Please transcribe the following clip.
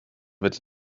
wird